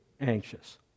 anxious